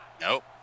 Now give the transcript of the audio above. Nope